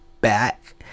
back